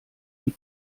die